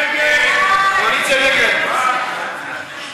ההסתייגות (8) של קבוצת סיעת המחנה הציוני